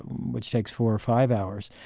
which takes four or five hours.